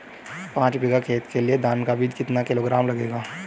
पाँच बीघा खेत के लिये धान का बीज कितना किलोग्राम लगेगा?